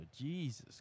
Jesus